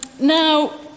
Now